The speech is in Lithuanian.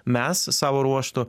mes savo ruožtu